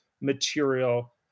material